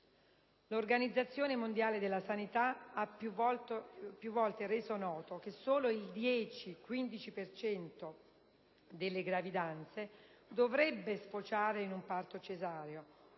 l'Organizzazione Mondiale della Sanità ha più volte reso noto che solo il 10-15 per cento delle gravidanze dovrebbe sfociare in un parto cesareo,